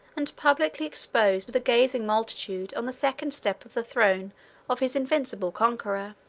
and publicly exposed to the gazing multitude, on the second step of the throne of his invincible conqueror.